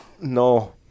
No